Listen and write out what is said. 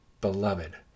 Beloved